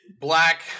black